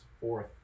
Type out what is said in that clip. fourth